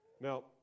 Now